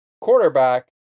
quarterback